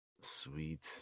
Sweet